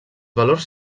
valors